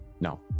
no